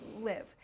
live